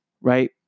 right